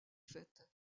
faite